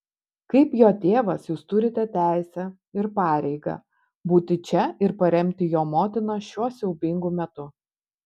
kaip jo tėvas jūs turite teisę ir pareigą būti čia ir paremti jo motiną šiuo siaubingu metu